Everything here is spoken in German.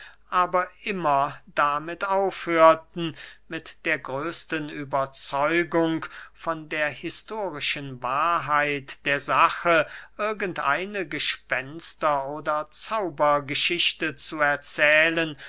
aber immer damit aufhörten mit der größten überzeugung von der historischen wahrheit der sache irgend eine gespenster oder zaubergeschichte zu erzählen